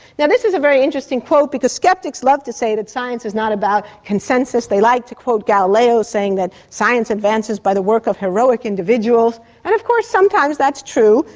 yeah this is a very interesting quote, because sceptics love to say that science is not about consensus. they like to quote galileo saying that science advances by the work of heroic individuals, and of course sometimes that's true.